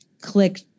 click